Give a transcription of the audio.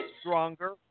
stronger